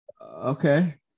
okay